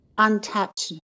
untapped